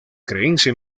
creencia